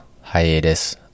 hiatus